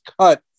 cut